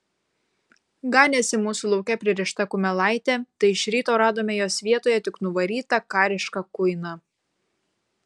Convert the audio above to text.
ganėsi mūsų lauke pririšta kumelaitė tai iš ryto radome jos vietoje tik nuvarytą karišką kuiną